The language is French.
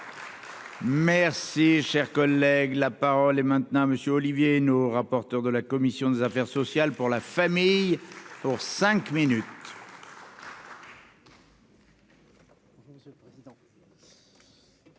Merci, cher collègue, la parole est maintenant monsieur Olivier Henno, rapporteur de la commission des affaires sociales pour la famille, pour cinq minutes.